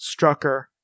Strucker